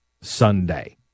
Sunday